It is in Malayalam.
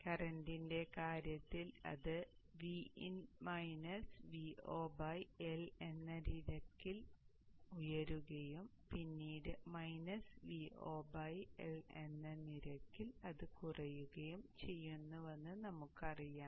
അതിനാൽ കറന്റിന്റെ കാര്യത്തിൽ അത് Vin -Vo L എന്ന നിരക്കിൽ ഉയരുകയും പിന്നീട് - Vo L എന്ന നിരക്കിൽ അത് കുറയുകയും ചെയ്യുന്നുവെന്ന് നമുക്കറിയാം